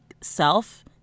self